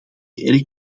erg